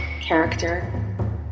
character